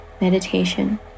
meditation